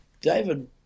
David